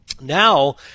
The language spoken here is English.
Now